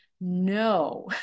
no